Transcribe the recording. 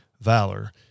Valor